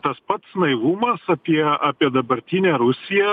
tas pats naivumas apie apie dabartinę rusiją